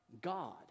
God